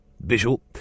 visual